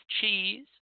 cheese